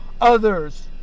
others